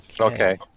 Okay